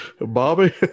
bobby